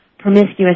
promiscuous